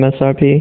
MSRP